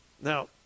Now